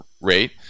rate